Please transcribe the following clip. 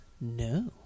No